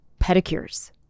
Pedicures